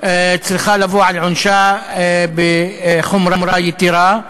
צריכה לבוא על עונשה בחומרה יתרה.